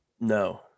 No